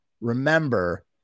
remember